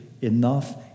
enough